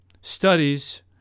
studies